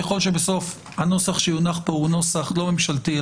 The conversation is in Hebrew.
ככל שבסוף הנוסח שיונח פה הוא נוסח לא ממשלתי,